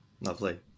Lovely